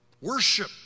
worship